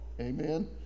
Amen